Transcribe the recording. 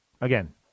Again